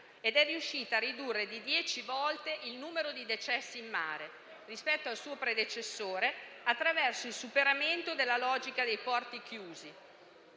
ed è riuscita a ridurre di dieci volte il numero di decessi in mare rispetto al suo predecessore, attraverso il superamento della logica dei porti chiusi;